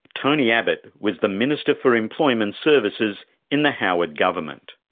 tony abbott was the minister for employment services in the howard government.